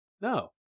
no